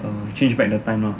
change back the time lah